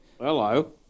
Hello